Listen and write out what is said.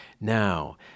now